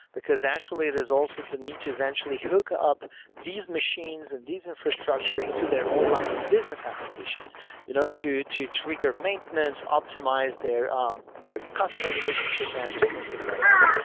because actually there's also the need to eventually hookup these machines and these infrastructure into their own line of business applications you know to to trigger maintenance, optimize their um their customer relationship management and things like that.